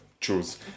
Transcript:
choose